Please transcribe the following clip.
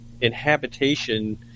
inhabitation